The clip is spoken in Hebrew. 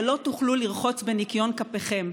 ולא תוכלו לרחוץ בניקיון כפיכם.